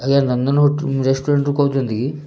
ଆଜ୍ଞା ନନ୍ଦନ ରେଷ୍ଟୁରାଣ୍ଟ୍ରୁ କହୁଛନ୍ତି କି